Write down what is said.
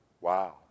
Wow